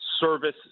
service